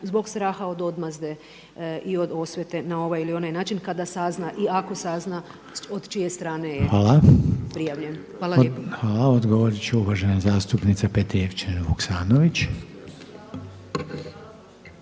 zbog straha od odmazde i od osvete na ovaj ili onaj način kada sazna i ako sazna od čije strane je prijavljen. Hvala lijepo. **Reiner, Željko (HDZ)** Hvala. Odgovorit će uvažena zastupnica Petrijevčanin Vukasnović.